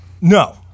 No